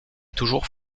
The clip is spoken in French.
toujours